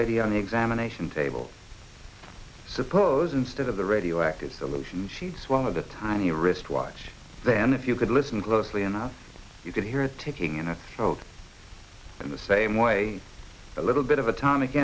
lady on the examination table suppose instead of the radioactive solution she swallowed a tiny wristwatch then if you could listen closely enough you could hear a ticking in a cold in the same way a little bit of atomic